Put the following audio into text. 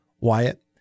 Wyatt